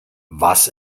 was